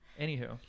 anywho